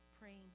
praying